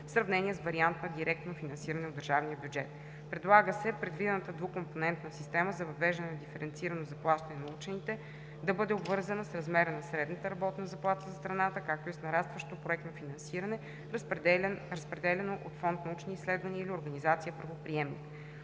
в сравнение с варианта „директно финансиране от държавния бюджет“. Предлага се предвидената двукомпонентна система за въвеждане на диференцирано заплащане на учените да бъде обвързана с размера на средната работна заплата за страната, както и с нарастващо проектно финансиране, разпределяно от Фонд „Научни изследвания“ или организация правоприемник.